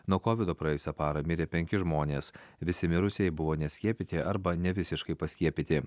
nuo kovido praėjusią parą mirė penki žmonės visi mirusieji buvo neskiepyti arba nevisiškai paskiepyti